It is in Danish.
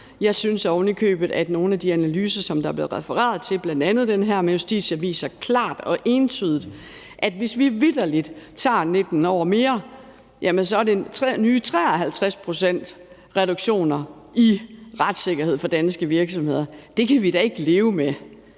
Jeg synes ovenikøbet, at nogle af de analyser, som der er blevet refereret til, bl.a. den her fra Justitia, klart og entydigt viser, at hvis vi vitterlig tager 19 år mere, er det nye 53 pct. reduktioner i retssikkerhed for danske virksomheder. Det kan vi da ikke leve med.